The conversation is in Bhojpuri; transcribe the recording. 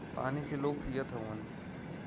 पानी के लोग पियत हउवन